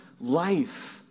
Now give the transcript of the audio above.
life